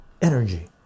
energy